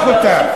תמשוך אותה.